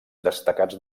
destacats